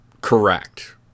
Correct